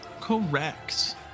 Correct